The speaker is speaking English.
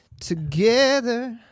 together